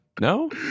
No